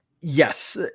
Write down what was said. Yes